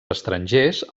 estrangers